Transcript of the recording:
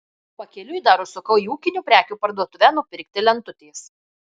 pakeliui dar užsukau į ūkinių prekių parduotuvę nupirkti lentutės